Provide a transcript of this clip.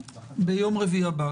ביום רביעי הבא.